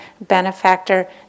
benefactor